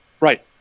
Right